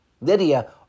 Lydia